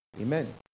amen